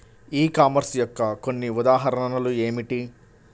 ఈ కామర్స్ యొక్క కొన్ని ఉదాహరణలు ఏమిటి?